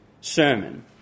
sermon